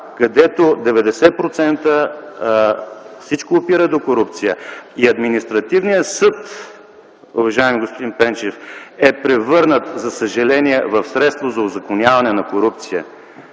където 90% всичко опира до корупция. И Административният съд, уважаеми господин Пенчев, е превърнат, за съжаление, в средство за узаконяване на корупцията,